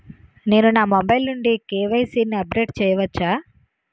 నేను నా మొబైల్ నుండి కే.వై.సీ ని అప్డేట్ చేయవచ్చా?